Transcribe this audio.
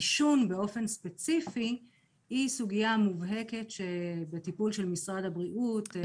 עישון באופן ספציפי היא סוגייה מובהקת שנמצאת בטיפול של משרד הבריאות.